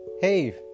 Hey